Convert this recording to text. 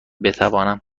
بتوانم